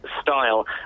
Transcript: style